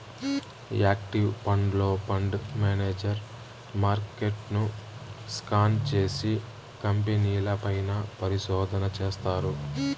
active ఫండ్లో, fund manager మార్కెట్ను scan చేసి, కంపెనీల పైన పరిశోధన చేస్తారు